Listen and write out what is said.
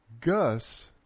Gus